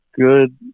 good